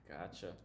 gotcha